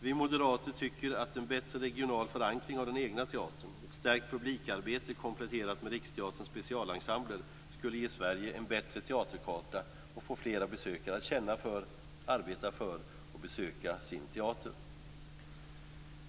Vi moderater tycker att en bättre regional förankring av den egna teatern, ett stärkt publikarbete kompletterat med Riksteaterns specialensembler skulle ge Sverige en bättre teaterkarta och få flera åskådare att känna för, arbeta för och besöka sin teater.